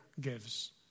gives